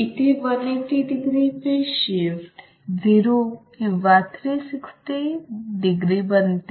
इथे 180 degree phase shift 0 किंवा 360 degree बनते